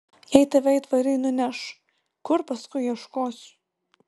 jei tave aitvarai nuneš kur paskui ieškosiu